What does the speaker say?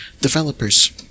Developers